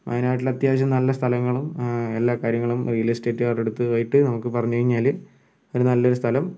വയനാട്ടിലത്യാവശ്യം നല്ല സ്ഥലങ്ങളും എല്ലാ കാര്യങ്ങളും റിയലെസ്റ്റേറ്റുകാരുടടുത്ത് പോയിട്ട് നമുക്ക് പറഞ്ഞുകഴിഞ്ഞാല് ഒരു നല്ലൊരു സ്ഥലം